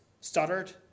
stuttered